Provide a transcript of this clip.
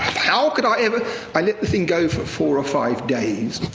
how could i ever i let the thing go for four or five days.